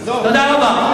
עזוב, תודה רבה.